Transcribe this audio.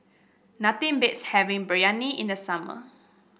nothing beats having Biryani in the summer